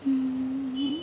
ಹ್ಞೂ